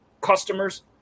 customers